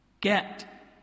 get